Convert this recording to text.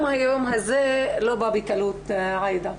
גם היום הזה לא בא בקלות, עאידה.